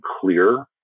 clear